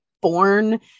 born